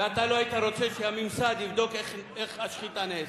ואתה לא היית רוצה שהממסד יבדוק איך השחיטה נעשית.